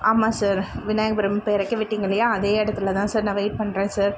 ஆமாம் சார் விநாயகபுரம் இப்போ எறக்கிவிட்டிங்க இல்லையா அதே இடத்துல தான் சார் நான் வெயிட் பண்ணுறேன் சார்